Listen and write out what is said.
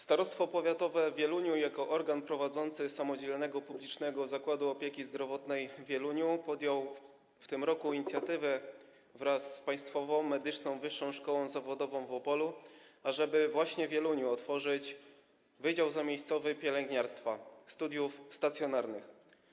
Starostwo Powiatowe w Wieluniu jako organ prowadzący Samodzielny Publiczny Zakład Opieki Zdrowotnej w Wieluniu podjął w tym roku inicjatywę wraz z Państwową Medyczną Wyższą Szkołą Zawodową w Opolu zmierzającą do tego, ażeby właśnie w Wieluniu otworzyć wydział zamiejscowy pielęgniarstwa, studiów stacjonarnych.